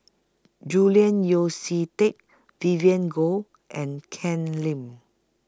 Julian Yeo See Teck Vivien Goh and Ken Lim